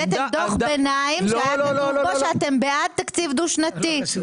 הבאתם דוח ביניים שהיה כתוב בו שאתם בעד תקציב דו שנתי.